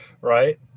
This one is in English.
right